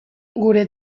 gure